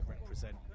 represent